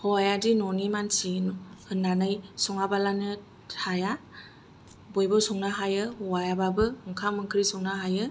हौवायादि न'नि मानसि होननानै सङालाबानो थाया बयबो संनो हायो हौवायाबाबो ओंखाम ओंख्रि संनो हायो